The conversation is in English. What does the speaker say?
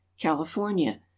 California